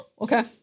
Okay